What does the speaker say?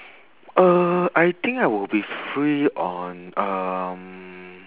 uh I think I would be free on um